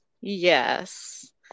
Yes